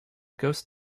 ghost